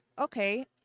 okay